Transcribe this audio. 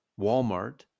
Walmart